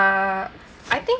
uh I think